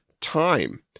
time